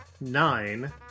Nine